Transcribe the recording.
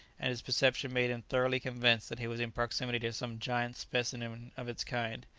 and his perception made him thoroughly convinced that he was in proximity to some giant specimen of its kind.